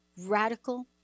radical